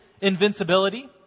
invincibility